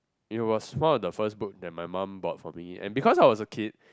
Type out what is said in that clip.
it was fall on the first book that my mum bought for me and because I was a kid